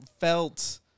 felt